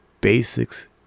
basics